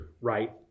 right